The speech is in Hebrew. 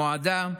מועדה,